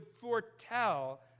foretell